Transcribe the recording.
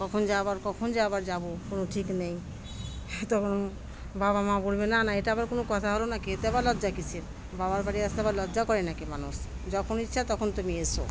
কখন য আবার কখন য আবার যাবো কোনো ঠিক নেই তখন বাবা মা বলবে না না এটা আবার কোনো কথা হলো নাি এতে আবার লজ্জা কিসের বাবার বাড়ি আসতে আবার লজ্জা করে নাকি মানুষ যখন ইচ্ছা তখন তুমি এসো